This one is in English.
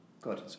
Good